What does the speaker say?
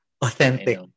authentic